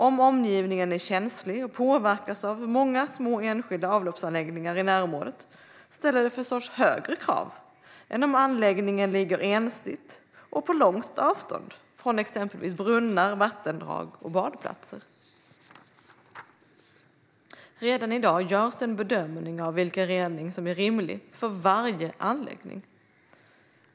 Om omgivningen är känslig och påverkas av många små enskilda avloppsanläggningar i närområdet ställer det förstås högre krav än om anläggningen ligger ensligt och på långt avstånd från exempelvis brunnar, vattendrag och badplatser. Redan i dag görs en bedömning av vilken rening som är rimlig för varje anläggning.